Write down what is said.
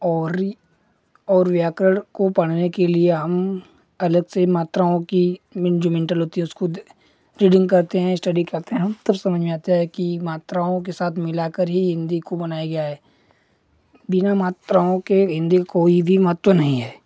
और और व्याकरण को पढ़ने के लिए हम अलग से मात्राओं कि मीन जो मिन्टल होती है उसको दे रीडिंग करते हैं इस्टडी करते हैं हम तब समझ में आता है कि मात्राओं के साथ मिला कर ही हिन्दी को बनाया गया है बिना मात्राओं के हिन्दी कोई भी महत्व नहीं है